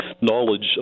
knowledge